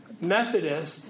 Methodist